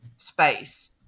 space